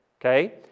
okay